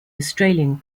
australian